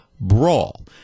brawl